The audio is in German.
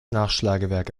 nachschlagewerk